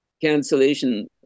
cancellation